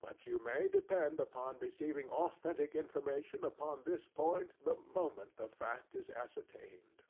but you may depend upon receiving authentic information upon this point the moment the fact is ascertained.